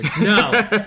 No